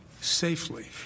Safely